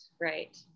Right